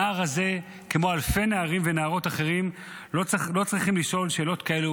הנער הזה ואלפי נערים ונערות אחרים לא צריכים לשאול שאלות כאלה